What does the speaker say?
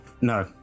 no